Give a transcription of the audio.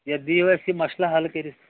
یَتھ دییِواَسہِ یہِ مَسلہٕ حل کٔرِتھ